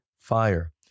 fire